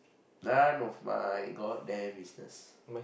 none of my god damn business